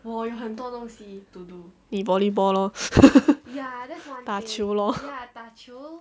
你 volleyball loh 打球 loh